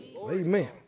Amen